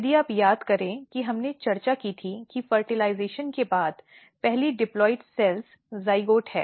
यदि आप याद करें कि हमने चर्चा की थी कि फर्टलिज़ेशन के बाद पहली डिप्लॉइड सेल्स जाइगोट है